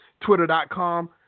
twitter.com